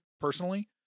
personally